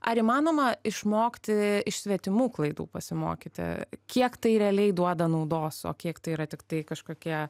ar įmanoma išmokti iš svetimų klaidų pasimokyti kiek tai realiai duoda naudos o kiek tai yra tiktai kažkokie